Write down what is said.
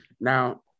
Now